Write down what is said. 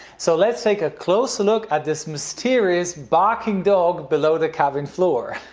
so lets take a closer look at this mysterious barking dog below the cabin floor.